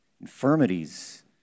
infirmities